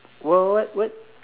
what what what